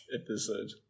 episode